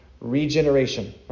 regeneration